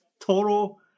total